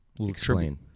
Explain